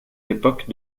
l’époque